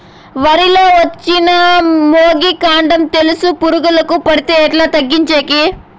వరి లో వచ్చిన మొగి, కాండం తెలుసు పురుగుకు పడితే ఎట్లా తగ్గించేకి?